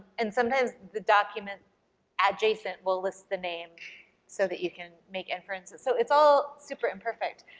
and sometimes the documents adjacent will list the name so that you can make inferences. so it's all super imperfect.